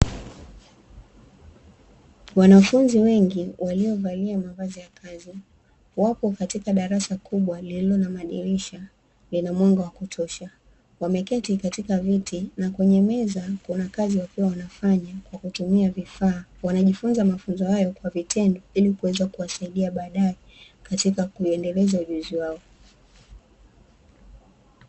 Wanafunzi wengi waliovalia mavazi ya kazi wapo katika darasa kubwa lililo na madirisha yenye mwanga wa kutosha, wameketi katika viti na kwenye meza kuna kazi wakiwa wanafanya kwa kutumia vifaa. Wanajifunza mafunzo hayo kwa vitendo ili kuweza kuwasaidia baadae katika kuendeleza ujuzi wao.